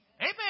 Amen